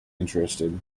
interested